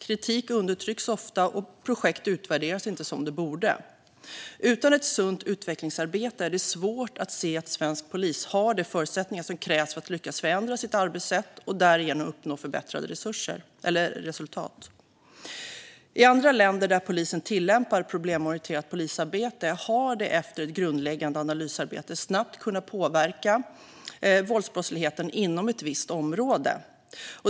Kritik undertrycks ofta, och projekt utvärderas inte som de borde. Utan ett sunt utvecklingsarbete är det svårt att se att svensk polis har de förutsättningar som krävs för att lyckas förändra sitt arbetssätt och därigenom uppnå förbättrade resultat. I andra länder där polisen tillämpar problemorienterat polisarbete har de efter ett grundläggande analysarbete snabbt kunnat påverka våldsbrottsligheten inom ett visst område.